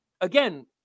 again